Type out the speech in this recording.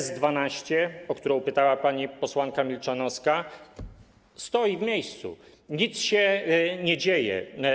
S12, o którą pytała pani posłanka Milczanowska, stoi w miejscu, nic się nie dzieje.